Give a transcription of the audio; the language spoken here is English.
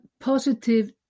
positive